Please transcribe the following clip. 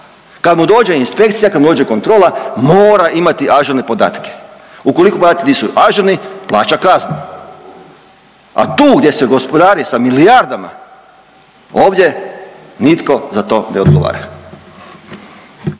Kad mu dođe inspekcija, kad mu dođe kontrola mora imati ažurne podatke. Ukoliko podaci nisu ažurni plaća kaznu, a tu gdje se gospodari sa milijardama ovdje nitko za to ne odgovara.